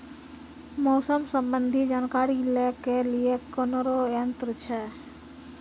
मौसम संबंधी जानकारी ले के लिए कोनोर यन्त्र छ?